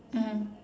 mmhmm